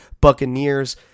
Buccaneers